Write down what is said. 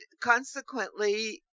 consequently